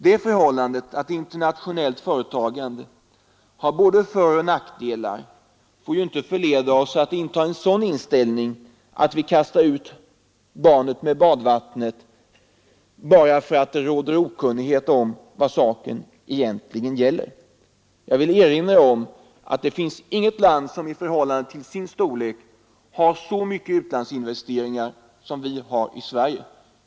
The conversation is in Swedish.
Det förhållandet att internationellt företagande har både föroch nackdelar får inte förleda oss till en sådan inställning att vi kastar ut barnet med badvattnet bara för att det råder okunnighet om vad saken egentligen gäller. Jag vill erinra om att det finns inget land som i förhållande till sin storlek har så mycket utlandsinvesteringar som Sverige.